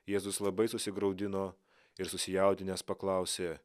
jėzus labai susigraudino ir susijaudinęs paklausė